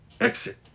exit